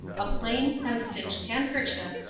a plain, hemstitched handkerchief,